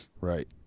Right